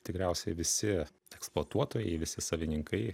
tikriausiai visi eksploatuotojai visi savininkai